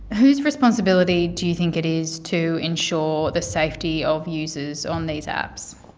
whose responsibility do you think it is to ensure the safety of users on these apps?